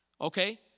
Okay